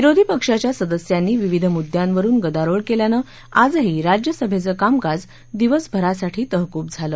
विरोधी पक्षाच्या सदस्यांनी विविध मुद्दयावरुन गदारोळ केल्यानं आजही राज्यसभेचं कामकाज दिवसभरासाठी तहकूब झालं